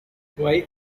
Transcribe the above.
why